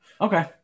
Okay